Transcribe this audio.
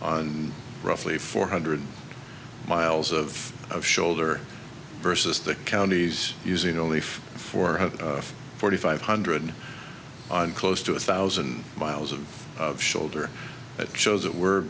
on roughly four hundred miles of of shoulder versus the counties using only four of the forty five hundred on close to a thousand miles of of shoulder it shows that we're